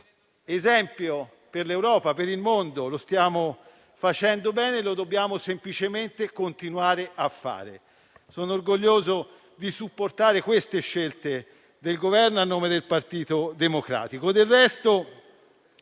esempio per l'Europa e per il mondo. Stiamo operando bene e dobbiamo semplicemente continuare a farlo. Sono orgoglioso di supportare queste scelte del Governo a nome del Partito Democratico.